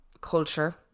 culture